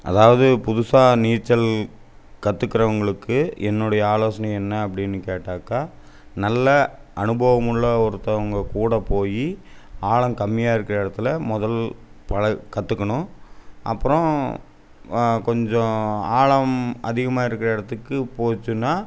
அதாவது புதுசாக நீச்சல் கத்துக்கிறவுங்களுக்கு என்னுடைய ஆலோசனை என்ன அப்படின்னு கேட்டாக்கா நல்ல அனுபவமுள்ள ஒருத்தவங்க கூட போய் ஆழம் கம்மியாக இருக்கிற இடத்துல முதல் பழக கத்துக்கணும் அப்புறம் கொஞ்சம் ஆழம் அதிகமாக இருக்கிற இடத்துக்கு போச்சுன்னால்